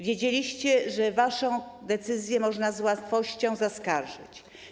Wiedzieliście, że waszą decyzję można z łatwością zaskarżyć.